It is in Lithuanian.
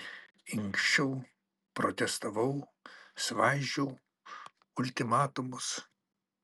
inkščiau protestavau svaidžiau ultimatumus